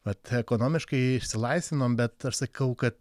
vat ekonomiškai išsilaisvinom bet aš sakau kad